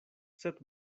sed